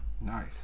Nice